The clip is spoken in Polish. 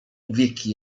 powieki